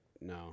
no